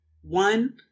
One